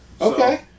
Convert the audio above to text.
Okay